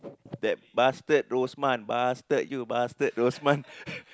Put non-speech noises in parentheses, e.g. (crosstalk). that bastard Rosman bastard you bastard Rosman (laughs)